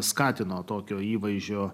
skatino tokio įvaizdžio